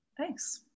thanks